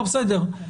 בסדר,